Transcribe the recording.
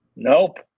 Nope